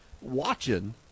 watching